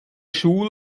schul